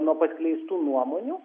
nuo paskleistų nuomonių